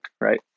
right